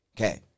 Okay